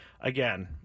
Again